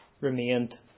remained